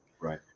Right